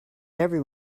every